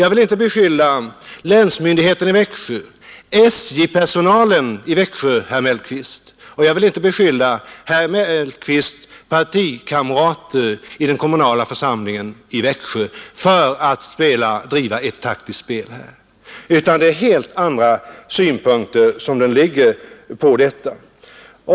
Jag vill inte, herr Mellqvist, beskylla länsmyndigheten i Växjö, SJ-personalen eller herr Mellqvists partikamrater i den kommunala församlingen där för att driva ett taktiskt spel i detta sammanhang, utan det är helt andra synpunkter de lägger på detta.